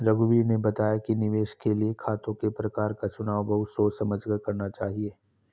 रघुवीर ने बताया कि निवेश के लिए खातों के प्रकार का चुनाव बहुत सोच समझ कर करना चाहिए